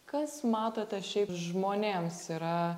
kas matote šiaip žmonėms yra